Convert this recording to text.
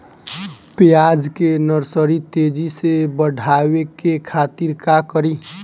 प्याज के नर्सरी तेजी से बढ़ावे के खातिर का करी?